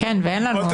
אין לנו.